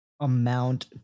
amount